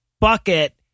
bucket